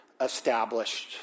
established